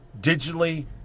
digitally